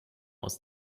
aus